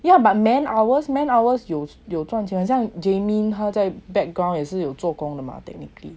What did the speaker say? yeah but man hours man hours used 有赚钱很像 jaymin 他在 background 也是有做工的吗 technically